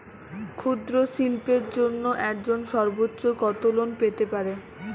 ক্ষুদ্রশিল্পের জন্য একজন সর্বোচ্চ কত লোন পেতে পারে?